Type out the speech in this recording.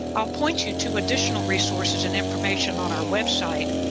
i'll point you to additional resources and information on our website,